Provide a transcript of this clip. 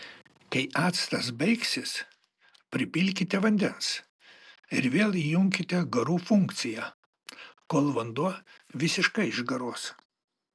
kai actas baigsis pripilkite vandens ir vėl įjunkite garų funkciją kol vanduo visiškai išgaruos